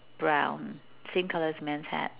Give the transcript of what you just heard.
brown same color as man's hat